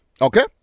Okay